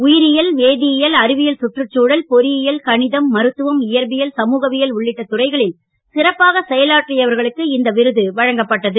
உயிரியல் வேதியியல் அறிவியல் சுற்றுச் சூழல் பொறியியல் கணிதம் மருத்துவம் இயற்பியல் சமுகவியல் உள்ளிட்ட துறைகளில் சிறப்பாக செயலாற்றியவர்களுக்கு இந்த விருது வழங்கப்பட்டது